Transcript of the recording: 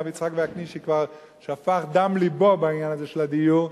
הרב יצחק וקנין כבר שפך דם לבו בעניין של הדיור,